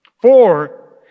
Four